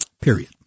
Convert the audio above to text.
period